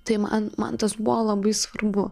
tai man man tas buvo labai svarbu